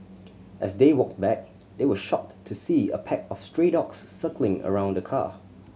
as they walked back they were shocked to see a pack of stray dogs circling around the car